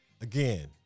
again